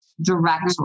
directly